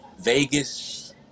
Vegas